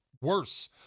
worse